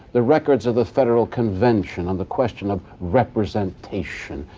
the records of the federal convention on the question of representation,